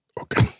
Okay